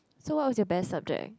so what was your best subject